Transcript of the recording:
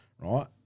right